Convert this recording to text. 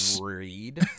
read